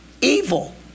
evil